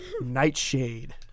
Nightshade